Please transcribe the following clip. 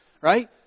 right